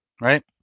right